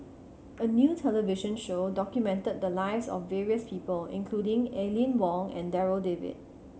a new television show documented the lives of various people including Aline Wong and Darryl David